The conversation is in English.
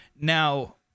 Now